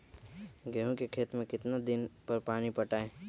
गेंहू के खेत मे कितना कितना दिन पर पानी पटाये?